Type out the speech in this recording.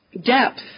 depth